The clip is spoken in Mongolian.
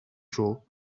шүү